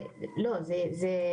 לא זה,